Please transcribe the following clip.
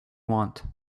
want